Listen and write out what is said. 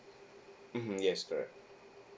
mmhmm yes correct